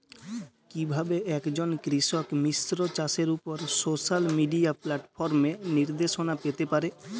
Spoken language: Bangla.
কিভাবে একজন কৃষক মিশ্র চাষের উপর সোশ্যাল মিডিয়া প্ল্যাটফর্মে নির্দেশনা পেতে পারে?